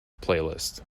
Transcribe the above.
playlist